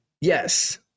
Yes